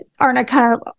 arnica